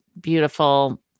beautiful